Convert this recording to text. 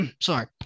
sorry